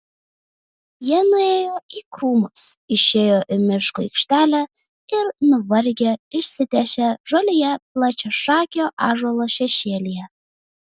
jie nuėjo į krūmus išėjo į miško aikštelę ir nuvargę išsitiesė žolėje plačiašakio ąžuolo šešėlyje